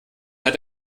hat